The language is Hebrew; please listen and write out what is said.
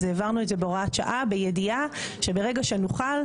אז העברנו את זה בהוראת שעה בידיעה שברגע שנוכל,